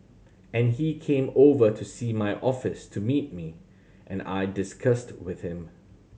and he came over to see my office to meet me and I discussed with him